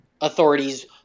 authorities